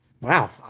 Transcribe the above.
Wow